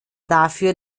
dafür